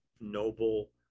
noble